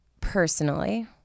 personally